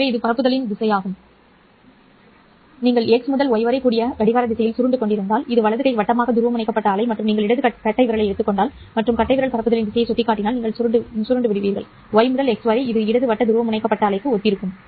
எனவே இது பரப்புதலின் திசையாகும் நீங்கள் x முதல் y வரை கடிகார திசையில் சுருண்டுகொண்டிருந்தால் இது வலது கை வட்டமாக துருவமுனைக்கப்பட்ட அலை மற்றும் நீங்கள் இடது கை கட்டைவிரலை எடுத்துக் கொண்டால் மற்றும் கட்டைவிரல் பரப்புதலின் திசையை சுட்டிக்காட்டினால் நீங்கள் சுருண்டுவிடுவீர்கள் y முதல் x வரை இது இடது வட்ட துருவமுனைக்கப்பட்ட அலைக்கு ஒத்திருக்கும்